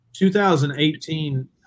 2018